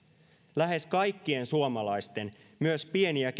lähes kaikkien suomalaisten myös pieni ja